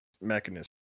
mechanism